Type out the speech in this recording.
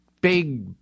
big